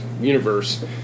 universe